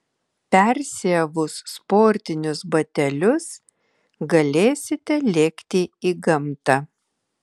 persiavus sportinius batelius galėsite lėkti į gamtą